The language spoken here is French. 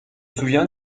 souviens